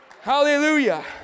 hallelujah